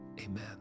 Amen